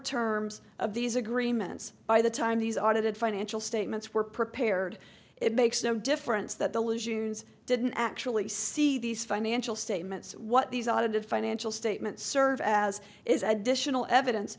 terms of these agreements by the time these are did financial statements were prepared it makes no difference that delusions didn't actually see these financial statements what these audited financial statements serve as is additional evidence